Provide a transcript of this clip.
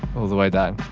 all the way down.